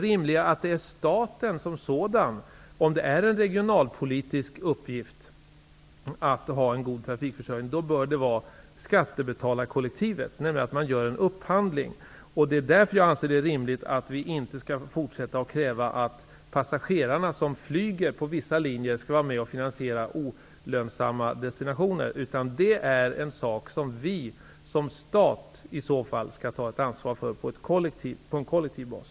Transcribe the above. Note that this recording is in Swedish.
Om det är en regionalpolitisk uppgift för staten att ha en god trafikförsörjning, vore det väl rimligare att skattebetalarkollektivet står för kostnaden genom att staten gör en upphandling. Det är därför som jag anser att det inte är rimligt att vi skall fortsätta att kräva att passagerare som flyger på vissa linjer skall vara med och finansiera olönsamma destinationer. Det är en sak som vi som stat i så fall skall ta ett kollektivt ansvar för.